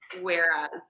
Whereas